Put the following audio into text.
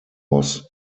was